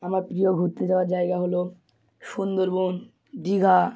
আমার প্রিয় ঘুরতে যাওয়ার জায়গা হল সুন্দরবন দীঘা